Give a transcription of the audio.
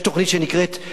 יש תוכנית שנקראת,